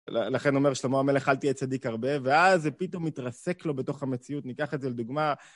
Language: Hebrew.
לכן אומר שלמה, המלך, אל תהיה צדיק הרבה, ואז זה פתאום מתרסק לו בתוך המציאות, ניקח את זה לדוגמה.